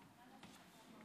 חברות וחברי הכנסת,